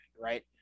right